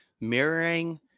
Mirroring